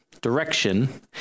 direction